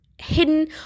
hidden